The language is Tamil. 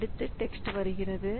அடுத்த டெக்ஸ்ட் வருகிறது